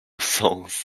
songs